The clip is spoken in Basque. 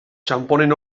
txanponen